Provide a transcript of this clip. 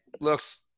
looks